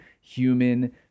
human